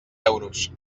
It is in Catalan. euros